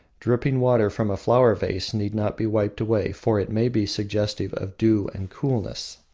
dripping water from a flower vase need not be wiped away, for it may be suggestive of dew and coolness.